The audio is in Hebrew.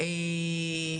הישיבה הבוקר.